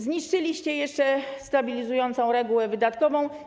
Zniszczyliście jeszcze stabilizującą regułę wydatkową.